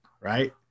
right